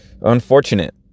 unfortunate